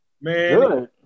Man